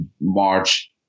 March